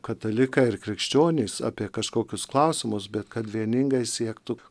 katalikai ir krikščionys apie kažkokius klausimus bet kad vieningai siektų